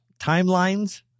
Timelines